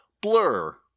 Blur